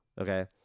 Okay